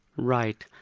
right.